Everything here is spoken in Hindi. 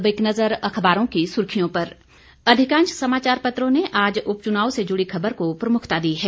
अब एक नजर अखबारों की सुर्खियों पर अधिकांश समाचार पत्रों ने आज उपचुनाव से जुड़ी खबर को प्रमुखता दी है